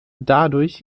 dadurch